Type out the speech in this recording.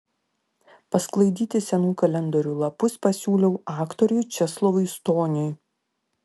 pasklaidyti senų kalendorių lapus pasiūliau aktoriui česlovui stoniui